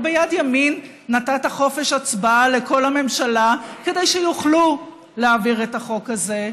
אבל ביד ימין נתת חופש הצבעה לכל הממשלה כדי שיוכלו להעביר את החוק הזה,